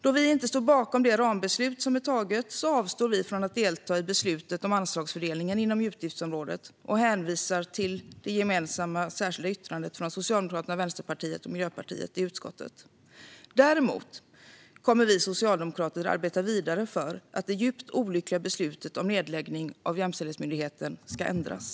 Då vi inte står bakom det rambeslut som är taget avstår vi från att delta i beslutet om anslagsfördelningen inom utgiftsområdet och hänvisar till det särskilda yttrandet från Socialdemokraterna, Vänsterpartiet och Miljöpartiet i utskottet. Däremot kommer vi socialdemokrater att arbeta vidare för att det djupt olyckliga beslutet om nedläggning av Jämställdhetsmyndigheten ska ändras.